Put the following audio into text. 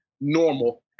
normal